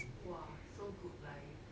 !wah! so good life